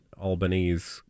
Albanese